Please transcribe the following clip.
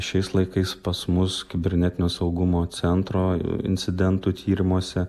šiais laikais pas mus kibernetinio saugumo centro incidentų tyrimuose